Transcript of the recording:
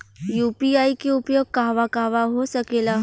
UPI के उपयोग कहवा कहवा हो सकेला?